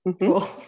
Cool